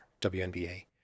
WNBA